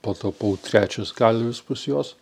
patapau trečias kalvis pas juos